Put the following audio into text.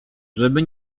żeby